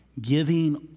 giving